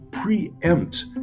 preempt